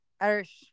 Irish